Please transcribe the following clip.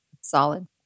Solid